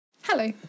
Hello